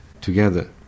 together